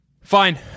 Fine